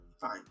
Fine